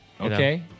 Okay